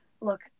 look